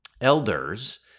elders